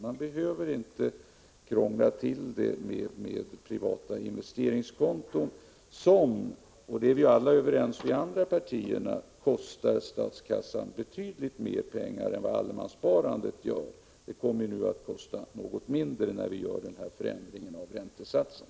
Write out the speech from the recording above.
Man behöver inte krångla till det med privata investeringskonton, som — det är vi överens om inom andra partier — kostar statskassan betydligt mer än vad allemanssparandet gör. Det kommer att kosta något mindre efter ändringen av räntesatsen.